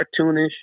cartoonish